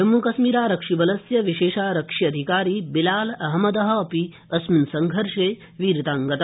जम्मुकश्मीरारक्षिबलस्य विशेषारक्ष्यधिकारी बिलाल अहमद अपि अस्मिन् सड्घर्षे वीरताङ्गत